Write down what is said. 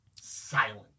silent